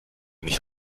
nicht